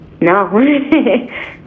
No